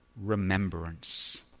remembrance